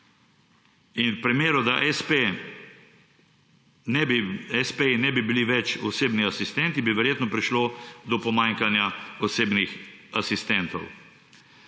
In v primeru, da espeji ne bi bili več osebni asistenti, bi verjetno prišlo do pomanjkanja osebnih asistentov.